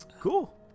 Cool